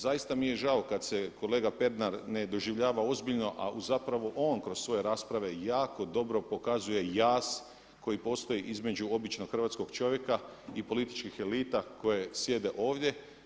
Zaista mi je žao kada se kolega Pernar ne doživljava ozbiljno, a zapravo on kroz svoje rasprave jako dobro pokazuje jaz koji postoji između običnog hrvatskog čovjeka i političkih elita koje sjede ovdje.